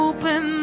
Open